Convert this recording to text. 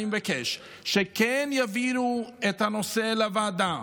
אני מבקש שכן יעבירו את הנושא לוועדה,